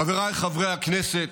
חבריי חברי הכנסת,